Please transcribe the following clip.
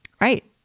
right